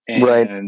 Right